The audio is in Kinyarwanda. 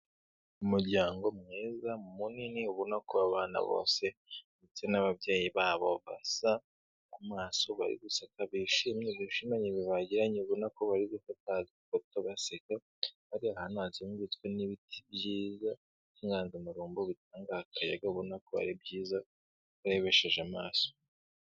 Umuryango mwiza munini ubona ko abana bose ndetse n'ababyeyi babo basa, ku maso bari guseka, bishimye, bishimanye ibihe bagiranye ubona ko bari gufata agafoto baseka, bari ahantu hazengurutswe n'ibiti byiza by'inganzamarumbo bitanga akayaga, urabona ko ari byiza urebesheje amaso.